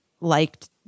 liked